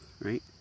right